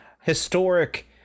historic